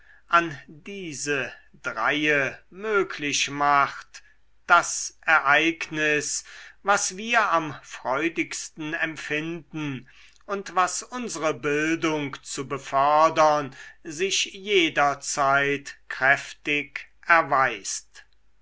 an diese dreie möglich macht das ereignis was wir am freudigsten empfinden und was unsere bildung zu befördern sich jederzeit kräftig erweist